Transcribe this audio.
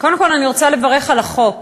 קודם כול אני רוצה לברך על החוק.